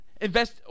Invest